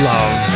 Love